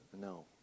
No